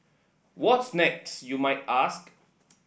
what's next you might ask